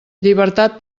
llibertat